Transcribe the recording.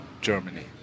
Germany